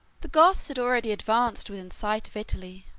the goths had already advanced within sight of italy,